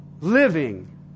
living